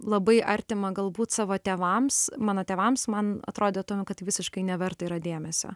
labai artima galbūt savo tėvams mano tėvams man atrodė tuom kad visiškai neverta yra dėmesio